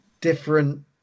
different